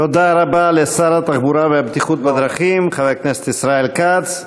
תודה רבה לשר התחבורה והבטיחות בדרכים חבר הכנסת ישראל כץ,